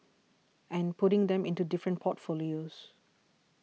and putting them into different portfolios